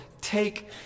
take